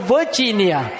Virginia